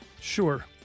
Sure